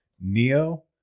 Neo